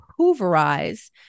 Hooverize